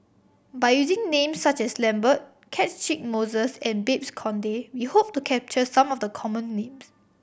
by using names such as Lambert Catchick Moses and Babes Conde we hope to capture some of the common names